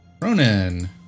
Ronan